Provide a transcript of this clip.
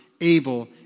able